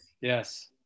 yes